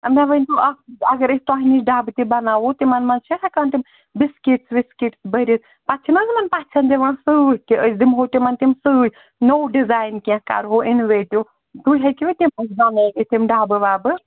مےٚ ؤنۍ تَو اَکھ چیٖز اَگر أسۍ تۄہہِ نِش ڈَبہٕ تہِ بناوَو تِمَن منٛز چھا ہٮ۪کان تِم بِسکیٖٹ وِسکیٖٹ بٔرِتھ پتہٕ چھِنہٕ حظ یِمَن پَزھیٚن دِوان سۭتۍ تہِ أسی دِمہٕ ہَو تِمَن تِم سۭتۍ نو ڈِزایِن کَرٕہَو کیٚنہہ اِنویٹیوٗ تُہۍ ہٮ۪کِوٕ تِم بنٲیِتھ تِم ڈَبہٕ وَبہٕ